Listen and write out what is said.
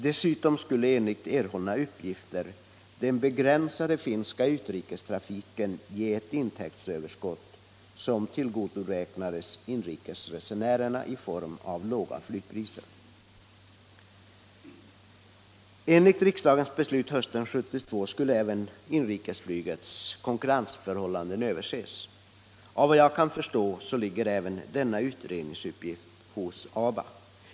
Dessutom skulle enligt erhållna uppgifter den begränsade finska utrikestrafiken ge ett intäktsöverskott som tillgodoräknas inrikesresenärerna i form av låga flygpriser. Enligt riksdagens beslut hösten 1972 skulle även inrikesflygets konkurrensförhållanden överses. Enligt vad jag kan förstå ligger även denna utredningsuppgift hos ABA.